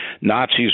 Nazis